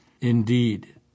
indeed